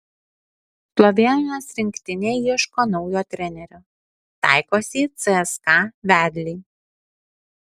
slovėnijos rinktinė ieško naujo trenerio taikosi į cska vedlį